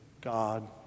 God